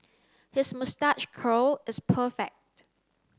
his moustache curl is perfect